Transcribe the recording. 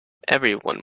everyone